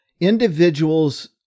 individuals